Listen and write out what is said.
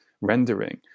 rendering